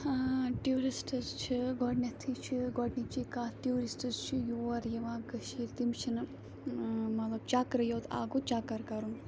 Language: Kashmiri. ٲں ٹیوٗرِسٹٕز چھِ گۄڈٕنیٚتھٕے چھِ گۄڈٕنِچی کَتھ ٹیوٗرِسٹٕز چھِ یوٗر یِوان کٔشیٖر تِم چھِنہٕ مطلب چَکرٕے یوٗت اَکھ گوٚو چَکَر کَرُن